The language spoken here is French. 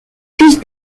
fils